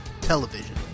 television